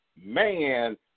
Man